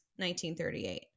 1938